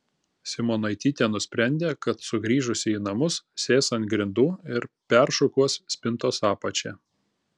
simonaitytė nusprendė kad sugrįžusi į namus sės ant grindų ir peršukuos spintos apačią